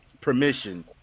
permission